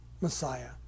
Messiah